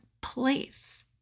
place